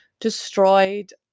destroyed